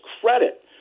credit